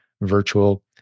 virtual